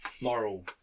moral